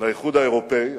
לאיחוד האירופי.